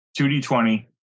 2d20